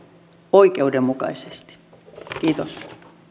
oikeudenmukaisesti kiitos